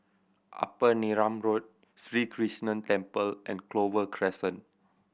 Upper Neram Road Sri Krishnan Temple and Clover Crescent